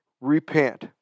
Repent